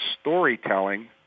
storytelling